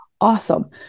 Awesome